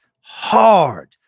hard